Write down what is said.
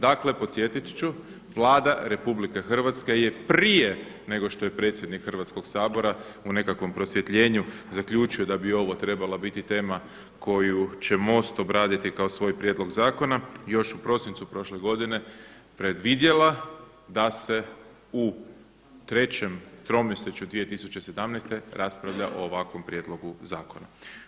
Dakle, podsjetit ću, Vlada Republike Hrvatske je prije nego što je predsjednik Hrvatskoga sabora u nekakvom prosvjetljenju zaključio da bi ovo trebala biti tema koju će Most obraditi kao svoj prijedlog zakona još u prosincu prošle godine predvidjela da se u trećem tromjesečju 2017. raspravlja o ovakvom prijedlogu zakona.